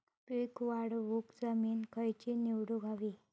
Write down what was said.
पीक वाढवूक जमीन खैची निवडुक हवी?